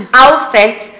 outfit